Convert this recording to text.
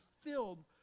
filled